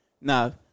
Now